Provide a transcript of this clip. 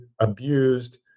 abused